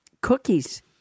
cookies